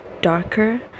darker